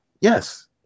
Yes